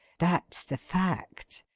that's the fact.